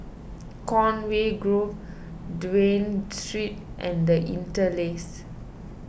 Conway Grove Dafne Street and the Interlace